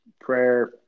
prayer